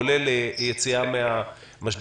כולל בעניין היציאה מן המשבר.